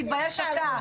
תתבייש אתה.